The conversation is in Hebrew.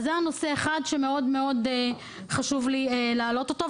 זה נושא אחד שהיה חשוב לי מאוד להעלות אותו,